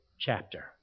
chapter